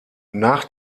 nach